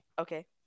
Okay